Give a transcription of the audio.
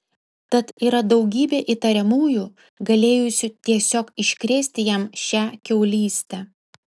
tad yra daugybė įtariamųjų galėjusių tiesiog iškrėsti jam šią kiaulystę